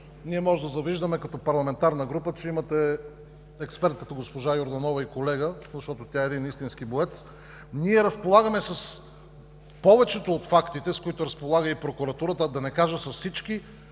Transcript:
ние можем да завиждаме като парламентарна група, че имате експерт като госпожа Йорданова, и колега, защото тя е един истински боец. Ние разполагаме с повечето от фактите, с които разполага и прокуратурата, да не кажа с всички,